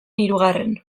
hirugarren